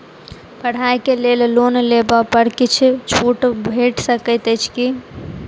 पढ़ाई केँ लेल लोन लेबऽ पर किछ छुट भैट सकैत अछि की?